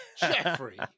jeffrey